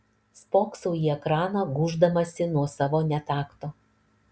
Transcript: spoksau į ekraną gūždamasi nuo savo netakto